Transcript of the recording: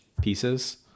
pieces